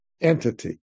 entity